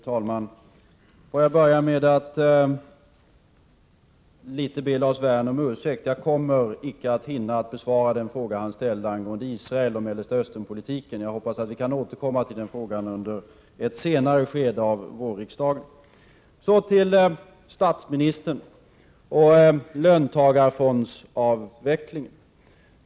Fru talman! Får jag börja med att be Lars Werner om ursäkt. Jag kommer inte att hinna besvara den fråga han ställde angående Israel och Mellanösternpolitiken. Jag hoppas att vi kan återkomma till den frågan under ett senare skede av vårriksdagen. Till statsministern vill jag säga följande när det gäller löntagarfondsavvecklingen.